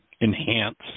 enhance